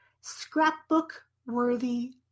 scrapbook-worthy